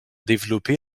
développé